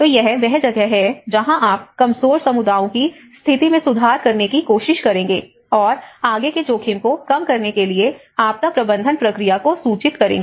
तो यह वह जगह है जहाँ आप कमजोर समुदायों की स्थिति में सुधार करने की कोशिश करेंगे और आगे के जोखिम को कम करने के लिए आपदा प्रबंधन प्रक्रिया को सूचित करेंगे